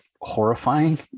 horrifying